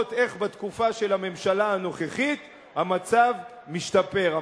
ולהראות איך בתקופה של הממשלה הנוכחית המצב משתפר.